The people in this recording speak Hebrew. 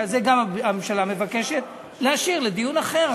שאת זה גם הממשלה מבקשת להשאיר לדיון אחר,